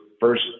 first